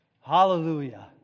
Hallelujah